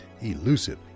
Elusive